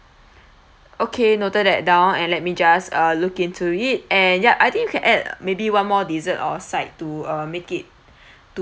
okay noted that down and let me just uh looking into it and ya I think you can add maybe one more dessert or side to uh make it